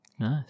Nice